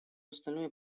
остальное